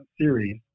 series